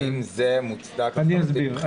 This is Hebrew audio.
האם זה מוצדק --- אני אסביר.